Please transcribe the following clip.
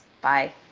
Bye